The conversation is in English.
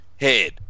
head